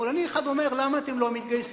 שמאלני אחד אומר: למה אתם לא מתגייסים?